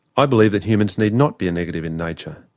i believe that humans need not be a negative in nature.